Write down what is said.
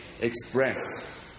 express